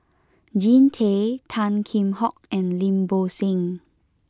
Jean Tay Tan Kheam Hock and Lim Bo Seng